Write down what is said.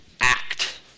act